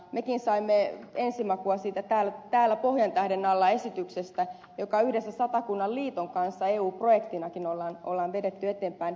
mekin saimme ensimakua siitä täällä pohjantähden alla esityksestä jota yhdessä satakunnan liiton kanssa eu projektinakin on vedetty eteenpäin